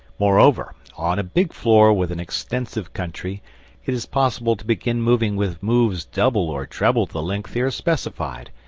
moreover, on a big floor with an extensive country it is possible to begin moving with moves double or treble the length here specified,